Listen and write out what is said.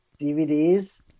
dvds